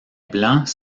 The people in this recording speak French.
blancs